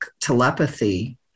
telepathy